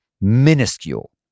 minuscule